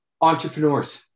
Entrepreneurs